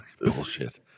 bullshit